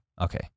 Okay